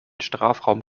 strafraum